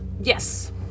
Yes